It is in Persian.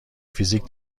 فیزیک